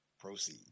proceed